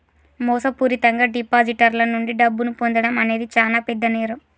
మోసపూరితంగా డిపాజిటర్ల నుండి డబ్బును పొందడం అనేది చానా పెద్ద నేరం